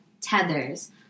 tethers